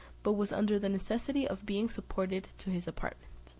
but was under the necessity of being supported to his apartment.